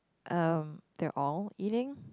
um they're all eating